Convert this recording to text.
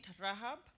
Rahab